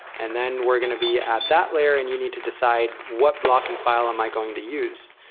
and then we're going to be at that layer and you need to decide what block and file am i going to use.